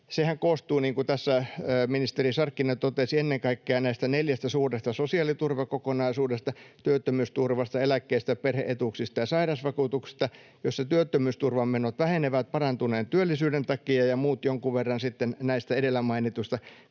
niin kuin tässä ministeri Sarkkinen totesi, ennen kaikkea näistä neljästä suuresta sosiaaliturvakokonaisuudesta: työttömyysturvasta, eläkkeestä, perhe-etuuksista ja sairausvakuutuksesta, jossa työttömyysturvan menot vähenevät parantuneen työllisyyden takia ja muut näistä edellä mainituista